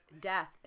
death